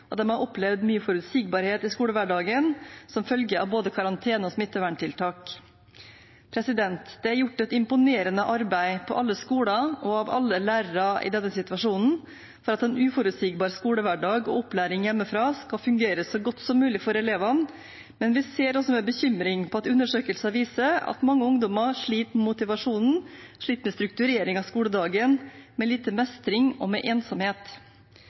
og de har opplevd mye uforutsigbarhet i skolehverdagen som følge av både karantene og smitteverntiltak. Det er gjort et imponerende arbeid på alle skoler og av alle lærere i denne situasjonen for at en uforutsigbar skolehverdag og opplæring hjemmefra skal fungere så godt som mulig for elevene. Men vi ser også med bekymring på at undersøkelser viser at mange ungdommer sliter med motivasjonen og med strukturering av skoledagen, med lite mestring og med ensomhet.